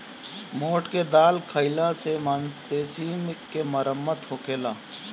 मोठ के दाल खाईला से मांसपेशी के मरम्मत होखेला